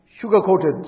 sugar-coated